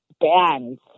bands